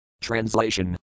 Translation